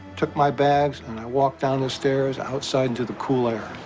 took my bags and walked down the stairs, outside to the cool air.